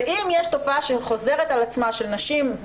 ואם יש תופעה שחוזרת על עצמה של נשים,